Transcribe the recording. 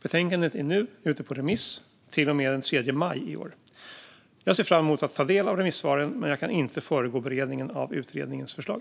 Betänkandet är nu ute på remiss till och med den 3 maj i år. Jag ser fram emot att ta del av remissvaren, men jag kan inte föregå beredningen av utredningens förslag.